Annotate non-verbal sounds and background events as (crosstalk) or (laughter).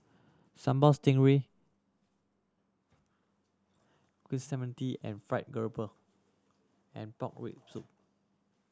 Sambal Stingray (unintelligible) fried grouper and pork rib soup